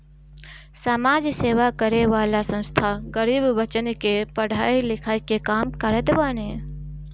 समाज सेवा करे वाला संस्था गरीब बच्चन के पढ़ाई लिखाई के काम करत बाने